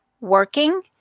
working